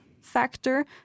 factor